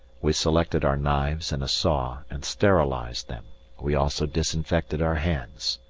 we selected our knives and a saw and sterilized them we also disinfected our hands.